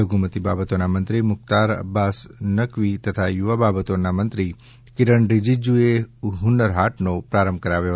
લઘુમતી બાબતોના મંત્રી મુખ્તાર અબ્બાસ નકવી તથા યુવા બાબતોના મંત્રી કિરણ રીજીજુએ હ્ન્નર હાટનો પ્રારંભ કરાવ્યો